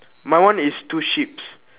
my one is two sheeps